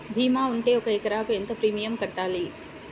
భీమా ఉంటే ఒక ఎకరాకు ఎంత ప్రీమియం కట్టాలి?